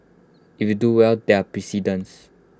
if you do well there are precedents